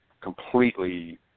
completely